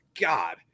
God